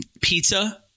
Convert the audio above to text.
pizza